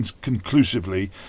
conclusively